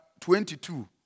22